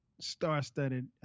star-studded